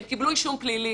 הן קיבלו אישום פלילי.